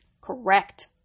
Correct